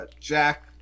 Jack